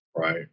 Right